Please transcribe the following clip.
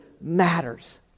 matters